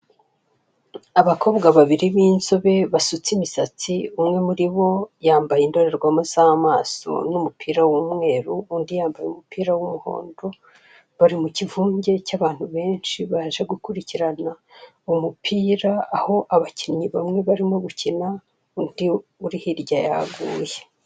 Abakobwa babiri binzobe basutse imisatsi, umwe muribo yambaye indorerwamo zamaso n'umupira w'umweru, undi yambaye umupira w'umuhondo. Bari mu kivunge cy'abantu benshi baje gukurikirana umupira. Aho abakinnyi bamwe barimo gukina, undi uri hirya yaguye.